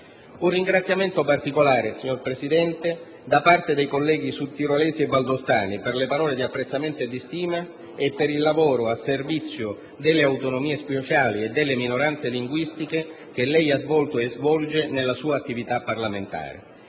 Un ringraziamento particolare, signor Presidente, da parte dei colleghi sudtirolesi e valdostani per le parole di apprezzamento e di stima e per il lavoro al servizio delle autonomie speciali e delle minoranze linguistiche che lei ha svolto e svolge nella sua attività parlamentare.